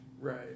Right